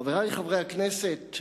חברי חברי הכנסת,